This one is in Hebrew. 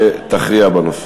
שתכריע בנושא.